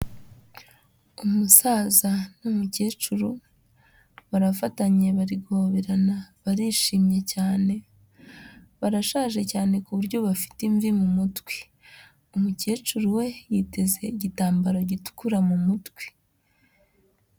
Umusaza n'umukecuru, barafatanye bari guhoberana barishimye cyane. Barashaje cyane ku buryo bafite imvi mu mutwe. Umukecuru we yiteze igitambaro gitukura mu mutwe.